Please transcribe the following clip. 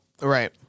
Right